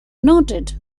noted